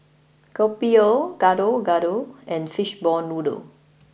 Kopi O Gado Gado and Fishball Noodle